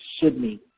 Sydney